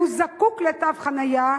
והוא זקוק לתו חנייה,